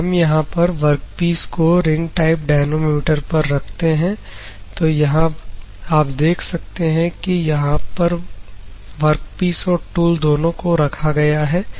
तो हम यहां पर वर्कपीस को रिंग टाइप डाइनेमोमीटर पर रखते हैं तो यहां आप देख सकते हैं कि यहां पर वर्कपीस और टूल दोनों को रखा गया है